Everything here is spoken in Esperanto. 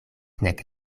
nek